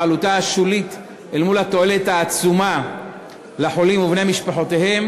והתועלת העצומה לחולים ובני משפחותיהם